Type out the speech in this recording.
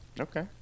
Okay